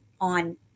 on